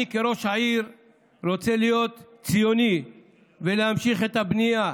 אני כראש עיר רוצה להיות ציוני ולהמשיך את הבנייה,